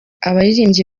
abaririmbyi